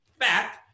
fat